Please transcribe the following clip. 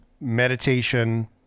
meditation